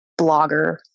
blogger